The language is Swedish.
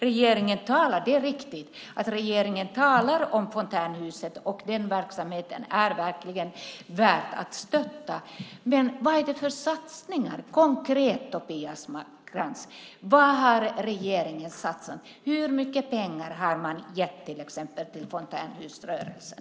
Det är riktigt att regeringen talar om fontänhusen och att den verksamheten verkligen är värd att stötta. Men vad är det för satsningar regeringen har gjort konkret, Tobias Krantz? Hur mycket pengar har man gett till fontänhusrörelsen?